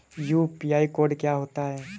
UPI code क्या होता है?